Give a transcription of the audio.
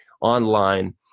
online